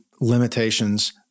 limitations